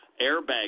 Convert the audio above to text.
Airbag